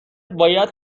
باید